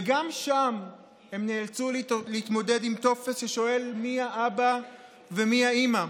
וגם שם הם נאלצו להתמודד עם טופס ששואל מי האבא ומי האימא.